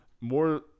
More